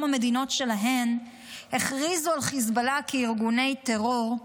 המדינות שלהם הכריזו על חיזבאללה כארגוני טרור,